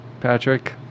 Patrick